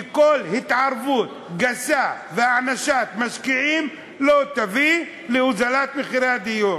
וכל התערבות גסה והענשת משקיעים לא יביאו להוזלת מחירי הדיור.